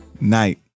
night